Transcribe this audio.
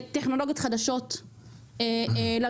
בטכנולוגיות חדשות ללולים,